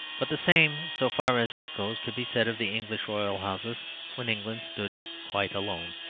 but the same, so far as that goes, could be said of the english royal houses when england stood quite alone.